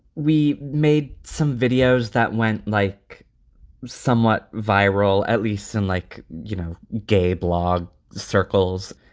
we made some videos that went like somewhat viral at least, and like, you know, gay blog circles.